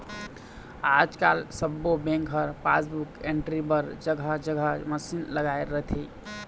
आजकाल सब्बो बेंक ह पासबुक एंटरी बर जघा जघा मसीन लगाए रहिथे